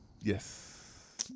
Yes